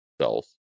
cells